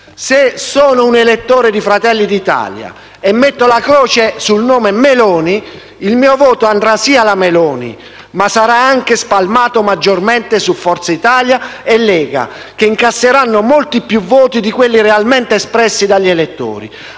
se un elettore di Fratelli d'Italia metterà la croce sul nome di Giorgia Meloni, il suo voto andrà sì alla Meloni, ma sarà anche spalmato maggiormente su Forza Italia e Lega, che incasseranno molti più voti di quelli realmente espressi dagli elettori.